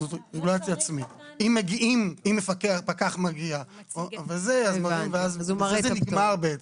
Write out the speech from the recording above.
אם מגיע פקח, בזה בעצם זה נגמר.